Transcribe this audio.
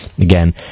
again